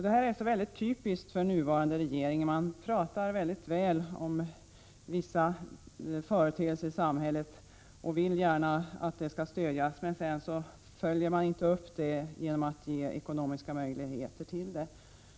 Det är typiskt för vår nuvarande regering att prata väl om vissa företeelser i samhället och gärna säga att de skall stödjas, men sedan följer man inte upp detta genom att ge ekonomiska möjligheter.